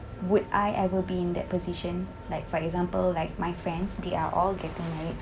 would I ever be in that position like for example like my friends they are all getting married